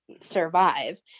survive